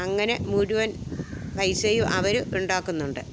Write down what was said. അങ്ങനെ മുഴുവൻ പൈസയും അവർ ഉണ്ടാക്കുന്നുണ്ട്